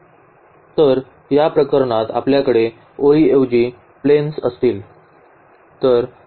तर या प्रकरणात आपल्याकडे ओळीऐवजी प्लेन्स असतील